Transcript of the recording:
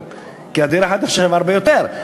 כי הדירה החדשה שווה הרבה יותר.